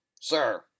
Sir